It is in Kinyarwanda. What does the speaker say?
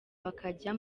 bakajya